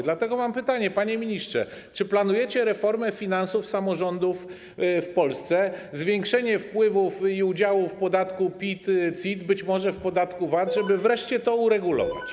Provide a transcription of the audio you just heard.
Dlatego mam pytanie, panie ministrze: Czy planujecie reformę finansów samorządów w Polsce, zwiększenie wpływów i udziałów w podatku PIT, CIT, być może w podatku VAT, żeby wreszcie to uregulować?